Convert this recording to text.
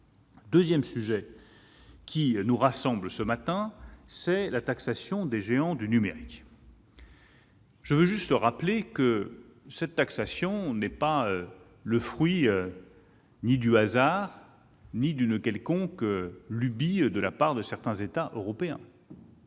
deuxième sujet qui nous rassemble ce matin est la taxation des géants du numérique. Je veux rappeler que cette taxation n'est le fruit ni du hasard ni d'une quelconque lubie de certains États européens.